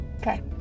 Okay